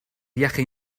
viaje